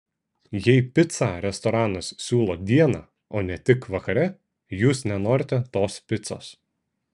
jei picą restoranas siūlo dieną o ne tik vakare jūs nenorite tos picos